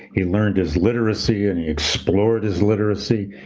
he learned his literacy and he explored his literacy.